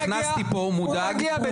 נכנסתי לפה מודאג -- הוא מגיע בדרייב.